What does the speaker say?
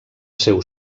seu